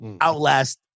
Outlast